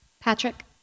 Patrick